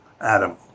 Adam